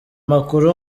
makuru